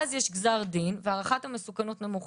ואז יש גזר דין והערכת המסוכנות נמוכה,